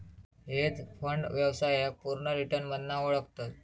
hedge fund व्यवसायाक पुर्ण return मधना ओळखतत